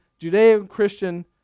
Judeo-Christian